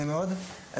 נעים מאוד.